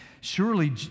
surely